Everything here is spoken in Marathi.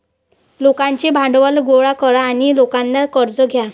लोकांचे भांडवल गोळा करा आणि लोकांना कर्ज द्या